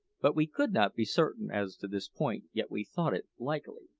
but we could not be certain as to this point, yet we thought it likely.